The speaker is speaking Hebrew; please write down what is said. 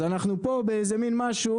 אז אנחנו פה באיזה מין משהו,